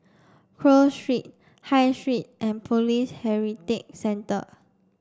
Cross Street High Street and Police Heritage Centre